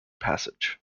passage